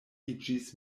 iĝis